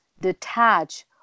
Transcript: detach